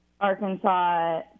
Arkansas